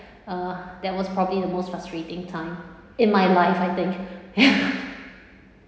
uh that was probably the most frustrating time in my life I think ya